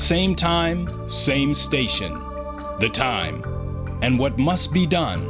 same time same station the time and what must be done